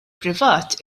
privat